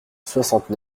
soixante